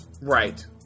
Right